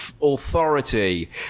authority